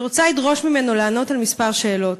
אני רוצה לדרוש ממנו לענות על מספר שאלות: